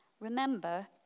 Remember